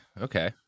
Okay